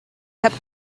heb